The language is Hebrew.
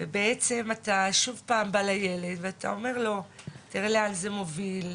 ובעצם אתה שוב פעם בא לילד ואתה אומר לו תראה לאן זה מוביל,